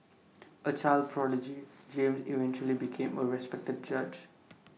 A child prodigy James eventually became A respected judge